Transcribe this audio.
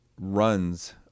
runs